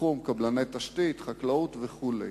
בתחום קבלני תשתית, חקלאות וכו'.